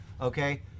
okay